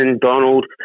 Donald